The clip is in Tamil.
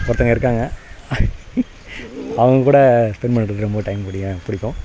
ஒருத்தங்க இருக்காங்க அவங்க கூட ஸ்பெண்ட் பண்ணுறது ரொம்ப டைம் பிடிக்கும் எனக்கு பிடிக்கும்